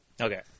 Okay